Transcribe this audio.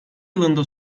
yılında